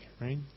right